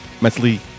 mentally